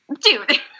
dude